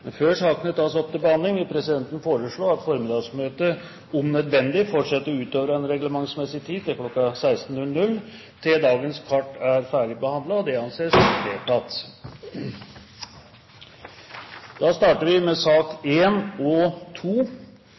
Før sakene på dagens kart tas opp til behandling, vil presidenten foreslå at formiddagsmøtet om nødvendig fortsetter utover den reglementsmessige tid, kl. 16, til dagens kart er ferdigbehandlet, og det anses vedtatt. Etter ønske fra finanskomiteen vil presidenten foreslå at debatten i sak nr. 1 og